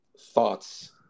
thoughts